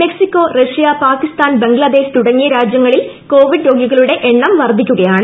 Mexico Russia Pakistan Bangladesh തുടങ്ങിയ രാജ്യങ്ങളിൽ Covid രോഗികളുടെ എണ്ണം വർദ്ധിക്കുകയാണ്